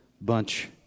bunch